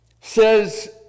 says